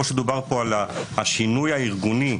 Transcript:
כמו שדובר פה על השינוי הארגוני.